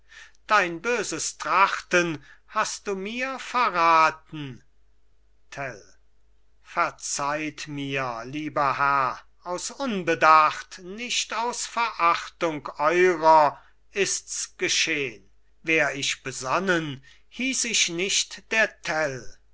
dein böses trachten hast du mir verraten tell verzeiht mir lieber herr aus unbedacht nicht aus verachtung eurer ist's geschehn wär ich besonnen hiess ich nicht der tell